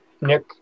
Nick